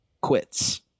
quits